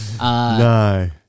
No